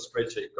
spreadsheet